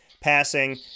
passing